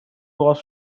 was